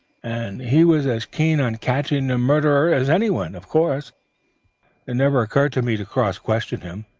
and he was as keen on catching the murderer as anyone. of course it never occurred to me to cross-question him.